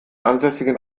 ansässigen